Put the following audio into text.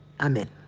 Amen